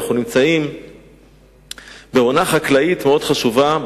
אנחנו נמצאים בעונה חקלאית חשובה,